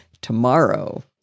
tomorrow